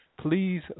please